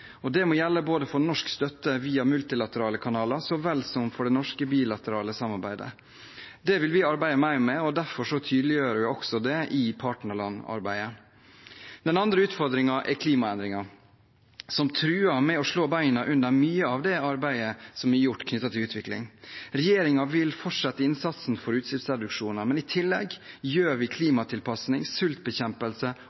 Det må gjelde for norsk støtte via multilaterale kanaler så vel som for det norske bilaterale samarbeidet. Det vil vi arbeide mer med, og derfor tydeliggjør vi også det i partnerlandarbeidet. Den andre utfordringen er klimaendringene, som truer med å slå beina under mye av arbeidet som er gjort knyttet til utvikling. Regjeringen vil fortsette innsatsen for utgiftsreduksjoner, men i tillegg gjør vi